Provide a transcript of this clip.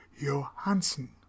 Johansen